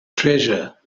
treasure